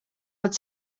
pot